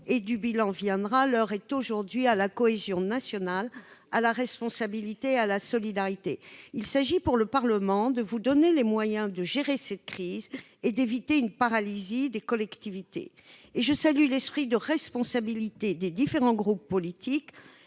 et du bilan viendra, l'heure est aujourd'hui à la cohésion nationale, à la responsabilité et à la solidarité. Il s'agit, pour le Parlement, de donner au Gouvernement les moyens de gérer cette crise et d'éviter une paralysie des collectivités territoriales. Je salue l'esprit de responsabilité des différents groupes politiques